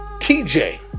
T-J